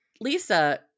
Lisa